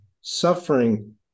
Suffering